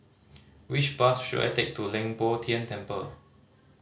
which bus should I take to Leng Poh Tian Temple